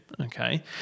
okay